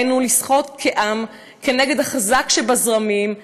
עלינו לשחות כנגד החזק שבזרמים,